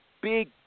big